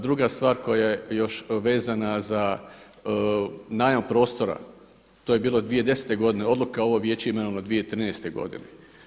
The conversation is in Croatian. Druga stvar koja je još vezana za najam prostora, to je bilo 2010. godine, odluka ovo vijeće je imenovano 2013. godine.